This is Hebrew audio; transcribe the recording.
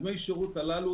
דמי השירות הללו,